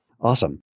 Awesome